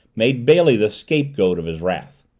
made bailey the scapegoat of his wrath.